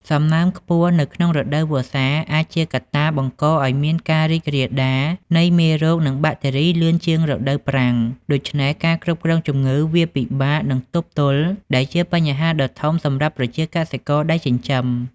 សំណើមខ្ពស់នៅក្នុងរដូវវស្សា អាចជាកត្តាបង្កឲ្យមានការរីករាលដាលនៃមេរោគនិងបាក់តេរីលឿនជាងរដូវប្រាំង ដូច្នេះការគ្រប់គ្រងជំងឺវាពិបាកនិងទប់ទល់ដែលជាបញ្ហាដ៏ធំសម្រាប់ប្រជាកសិករដែលចិញ្ចឹម ។